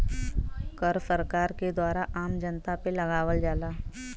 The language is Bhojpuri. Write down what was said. कर सरकार के द्वारा आम जनता पे लगावल जाला